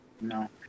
no